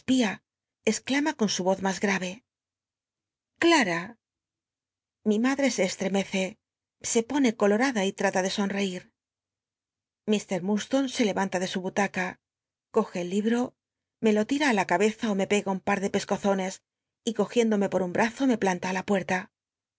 con su voz mas gm c clat t mi madre se cstcmccc se pone colorada y trata de sonreir mr muslo se lcl'anla de su butaca coge el libro me lo lira i la cabeza ó me pega un par de pescozones y cogiéndome por un brazo me planta í la pueta